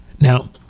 Now